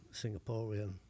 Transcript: Singaporean